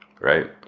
right